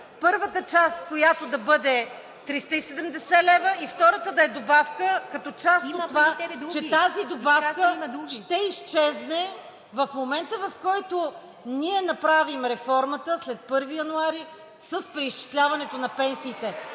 първата част, която да бъде 370 лв., и втората да е добавка като част от това, че тази добавка ще изчезне в момента, в който ние направим реформата след 1 януари с преизчисляването на пенсиите.